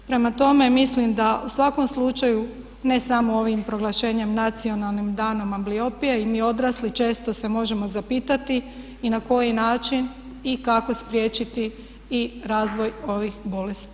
Prema tome, mislim da u svakom slučaju ne samo ovim proglašenjem Nacionalnim danom ambliopije i mi odrasli često se možemo zapitati i na koji način i kako spriječiti i razvoj ovih bolesti.